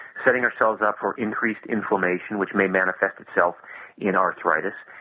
setting ourselves up for increased inflammation which may manifest itself in arthritis,